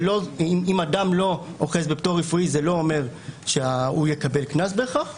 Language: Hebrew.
אם אדם לא אוחז בפטור רפואי זה לא אומר שהוא יקבל קנס בהכרח,